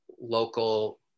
local